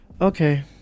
okay